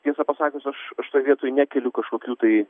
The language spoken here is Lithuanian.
tiesą pasakius aš aš toj vietoj nekeliu kažkokių tai